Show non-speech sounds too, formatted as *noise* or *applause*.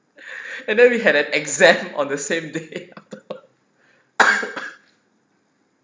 and then we had an exam on the same day *laughs* after all *coughs*